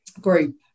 group